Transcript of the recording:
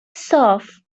صاف